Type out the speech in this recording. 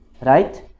Right